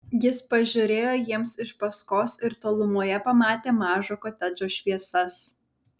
jis pažiūrėjo jiems iš paskos ir tolumoje pamatė mažo kotedžo šviesas